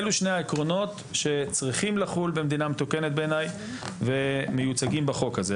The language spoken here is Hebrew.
אלו שני העקרונות שצריכים לחול במדינה מתוקנת בעיניי ומיוצגים בחוק הזה.